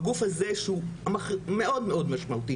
בגוף הזה שהוא מאוד משמעותי.